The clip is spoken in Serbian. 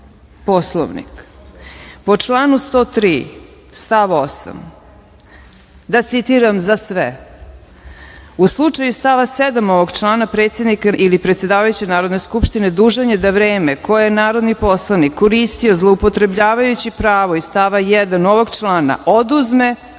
Poslovnik po članu 103. stav 8. da citiram za sve – u slučaju iz stava 7. ovog člana predsednik ili predsedavajući Narodne skupštine dužan je da vreme koje narodni poslanik koristio, zloupotrebljavajući pravo iz stava 1. ovog člana oduzme